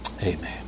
Amen